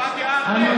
בוואדי עארה?